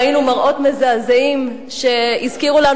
היום ראינו מראות מזעזעים שהזכירו לנו